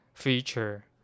feature